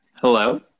Hello